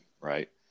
right